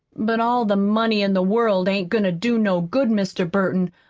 but all the money in the world ain't goin' to do no good mr. burton,